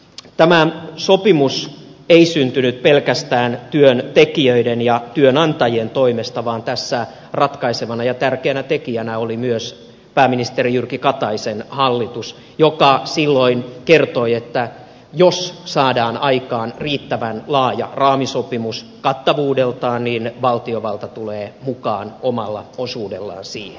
tämä sopimus ei syntynyt pelkästään työntekijöiden ja työnantajien toimesta vaan tässä ratkaisevana ja tärkeänä tekijänä oli myös pääministeri jyrki kataisen hallitus joka silloin kertoi että jos saadaan aikaan kattavuudeltaan riittävän laaja raamisopimus niin valtiovalta tulee mukaan omalla osuudellaan siihen